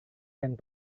yang